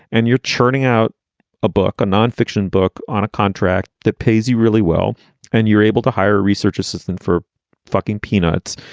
and you're churning out a book, a nonfiction book on a contract that pays you really well and you're able to hire a research assistant for fucking peanuts.